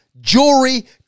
jewelry